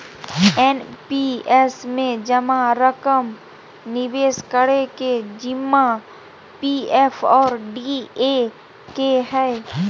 NPS में जमा रकम निवेश करे के जिम्मा पी.एफ और डी.ए के हइ